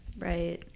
Right